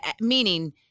Meaning